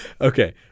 Okay